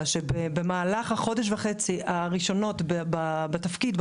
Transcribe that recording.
שבמהלך החודש וחצי הראשונים בתפקיד,